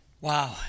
Wow